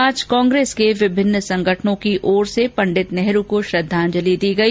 आज कांग्रेस के विभिन्न संगठनों की ओर से पंड़ित नेहरू को श्रद्वांजलि दी गई